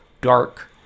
Dark